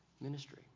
ministry